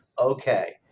okay